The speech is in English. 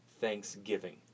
thanksgiving